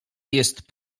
jest